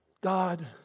God